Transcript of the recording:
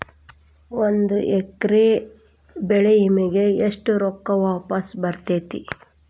ಒಂದು ಎಕರೆ ಬೆಳೆ ವಿಮೆಗೆ ಎಷ್ಟ ರೊಕ್ಕ ವಾಪಸ್ ಬರತೇತಿ?